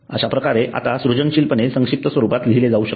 अश्याप्रकारे हेतू आता सृजनशीलपणे संक्षिप्त स्वरूपात लिहिले जाऊ शकते